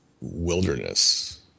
wilderness